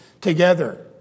together